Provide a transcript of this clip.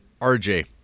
RJ